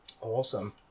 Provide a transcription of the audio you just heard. Awesome